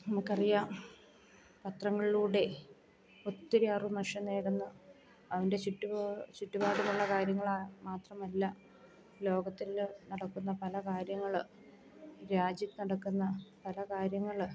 നമുക്ക് അറിയാം പത്രങ്ങളിലൂടെ ഒത്തിരി അറിവ് മനുഷ്യനേകുന്ന അവൻ്റെ ചുറ്റുപാട് ചുറ്റുപാടുമുള്ള കാര്യങ്ങളാണ് മാത്രമല്ല ലോകത്തിൽ നടക്കുന്ന പല കാര്യങ്ങൾ രാജ്യത്ത് നടക്കുന്ന പല കാര്യങ്ങൾ